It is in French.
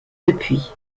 depuis